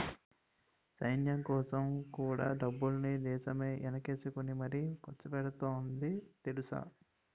సైన్యంకోసం కూడా డబ్బుల్ని దేశమే ఎనకేసుకుని మరీ ఖర్చుపెడతాంది తెలుసా?